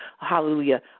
hallelujah